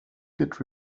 git